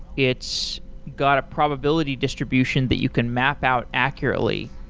it's got a probability distribution that you can map out accurately.